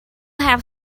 have